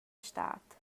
stad